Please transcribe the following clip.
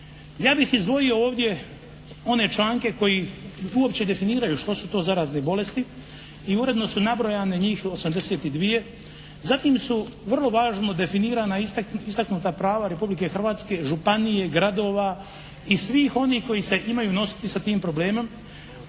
Ja bih izdvojio ovdje one članke koji uopće definiraju što su to zarazne bolesti i uredno su nabrojane njih 82. Zatim su vrlo važno definirana istaknuta prava Republike Hrvatske, županije, gradova i svih onih koji se imaju nositi sa tim problemom